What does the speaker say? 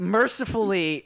mercifully